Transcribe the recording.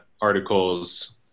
articles